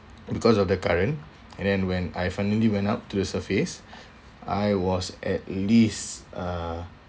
because of the current and then when I finally went up to the surface I was at least uh